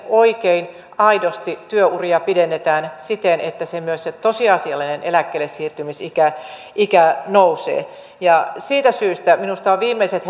oikein aidosti työuria pidennetään siten että myös se tosiasiallinen eläkkeellesiirtymisikä nousee siitä syystä minusta on viimeiset